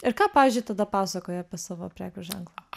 ir ką pavyzdžiui tada pasakojai apie savo prekės ženklą aš